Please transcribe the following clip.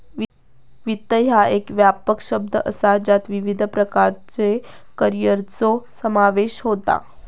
वित्त ह्या एक व्यापक शब्द असा ज्यात विविध प्रकारच्यो करिअरचो समावेश होता